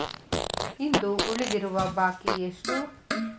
ಇಂದು ಉಳಿದಿರುವ ಬಾಕಿ ಎಷ್ಟು?